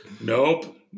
Nope